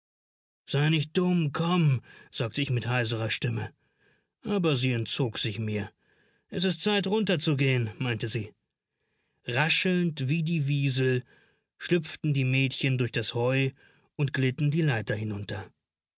sei nicht dumm komm sagte ich mit heiserer stimme aber sie entzog sich mir es is zeit runter zu gehen meinte sie raschelnd wie die wiesel schlüpften die mädchen durch das heu und glitten die leiter hinunter